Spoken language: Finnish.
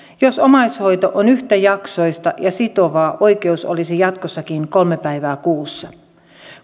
jos omaishoito on yhtäjaksoista ja sitovaa oikeus olisi jatkossakin kolme päivää kuussa